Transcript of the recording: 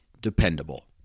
dependable